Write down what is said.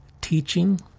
teaching